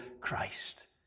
Christ